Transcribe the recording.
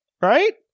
Right